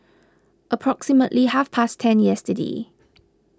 approximately half past ten yesterday